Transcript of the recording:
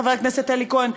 חבר הכנסת אלי כהן,